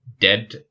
dead